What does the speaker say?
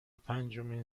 پنجمین